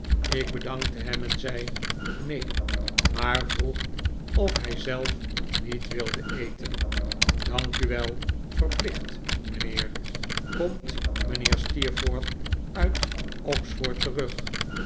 ik bedankte hem en zei neen maar vroeg of hij zelf niet wilde eten dank u wel verplicht mijnheer komt mijnheer steerforth uit oxford terug